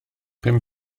pum